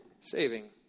saving